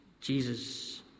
Jesus